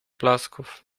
blasków